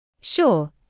Sure